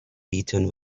beaten